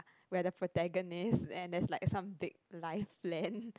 we are the protagonist and there's like some big life plan